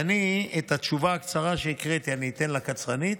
את התשובה הקצרה שהקראתי אני אתן לקצרנית.